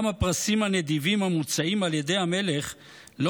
גם הפרסים הנדיבים המוצעים על ידי המלך לא